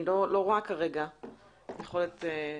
אני לא רואה כרגע יכולת להכריע.